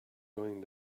going